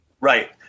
right